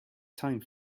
time